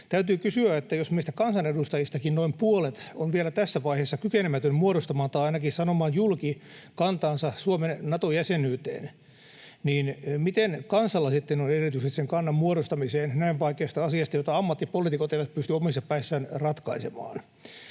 täytyy kysyä, että jos meistä kansanedustajistakin noin puolet on vielä tässä vaiheessa kykenemättömiä muodostamaan tai ainakin sanomaan julki kantansa Suomen Nato-jäsenyyteen, niin miten kansalla sitten on edellytykset sen kannan muodostamiseen näin vaikeasta asiasta, jota ammattipoliitikot eivät pysty omissa päissään ratkaisemaan.